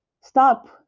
stop